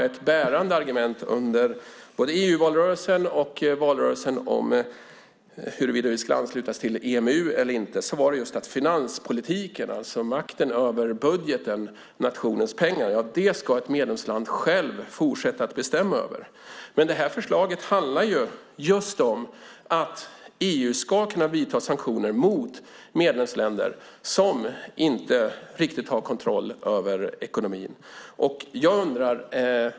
Ett bärande argument under EU-valrörelsen och valrörelsen inför valet om huruvida vi skulle ansluta oss till EMU var att finanspolitiken, makten över budgeten och nationens pengar, ska ett medlemsland själv fortsätta att bestämma över. Det här förslaget handlar om att EU ska kunna vidta sanktioner mot medlemsländer som inte har riktig kontroll över ekonomin.